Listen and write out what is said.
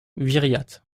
viriat